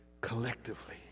collectively